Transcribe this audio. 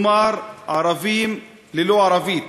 כלומר, ערבים ללא ערבית.